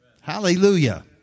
Hallelujah